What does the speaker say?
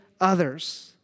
others